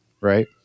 right